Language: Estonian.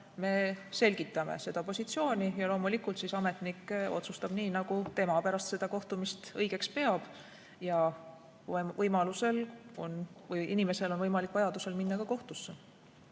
me selgitame seda positsiooni ja loomulikult ametnik otsustab nii, nagu tema pärast seda kohtumist õigeks peab. Vajadusel on inimesel võimalik minna ka kohtusse.